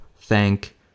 thank